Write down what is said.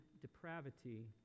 depravity